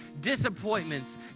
disappointments